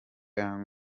young